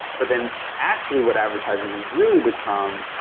but then actually what advertising has really become,